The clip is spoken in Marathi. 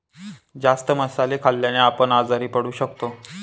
जास्त मसाले खाल्ल्याने आपण आजारी पण पडू शकतो